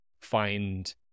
find